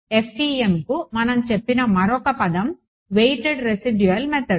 FEMకి మనం చెప్పిన మరొక పదం వెయిటెడ్ రెసిడ్యూల్ మెథడ్